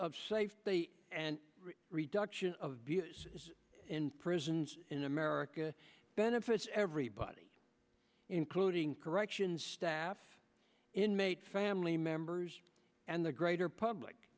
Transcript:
of safety and reduction of views in prisons in america benefits everybody including corrections staff inmate family members and the greater public